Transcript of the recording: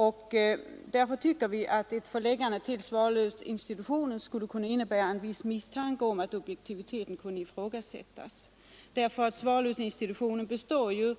Vi tycker att ett förläggande till Svalövsinstitutionen skulle kunna innebära en viss misstanke om att objektiviteten kunde ifrågasättas, därför att Svalövsinstitutionen består ju